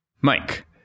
Mike